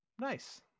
Nice